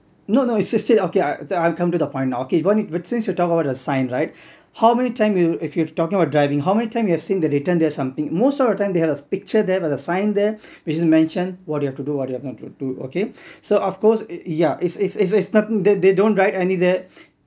no no it's it's still okay I'll come to the point now if you want but since you talk about a sign right how many times if you're talking about driving how many time you have seen the written there something most of the time they have a picture there or a sign there which is mentioned what you have to do what you have not to do okay so of course yeah it's it's it's it's nothing they don't write any that